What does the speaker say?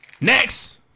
Next